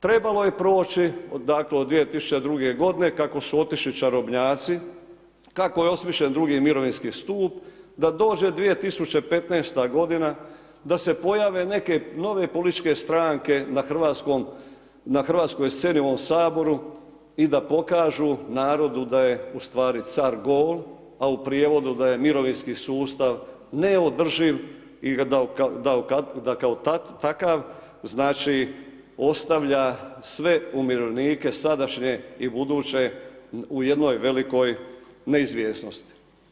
Trebalo je proći, dakle od 2002. godine kako su otišli čarobnjaci, kako je osmišljen drugi mirovinsku stup, da dođe 2015. godina, da se pojave neke nove političke stranke na hrvatskom, na hrvatskoj sceni u ovom Saboru i da pokažu narodu da je u stvari car gol, a u prijevodu da je mirovinski sustav neodrživ i da kao takav, znači, ostavlja sve umirovljenike sadašnje i buduće u jednoj velikoj neizvjesnosti.